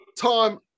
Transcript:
time